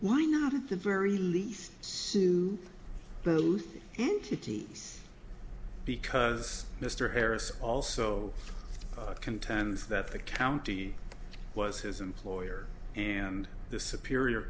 why not at the very least sue both entities because mr harris also contends that the county was his employer and the superior